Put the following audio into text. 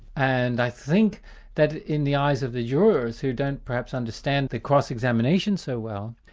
and i think that in the eyes of the jurors who don't perhaps understand the cross-examination so well,